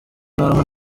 n’aho